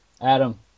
Adam